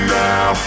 now